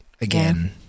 Again